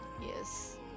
yes